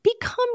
become